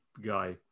guy